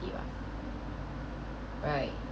you ah right